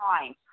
time